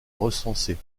recensés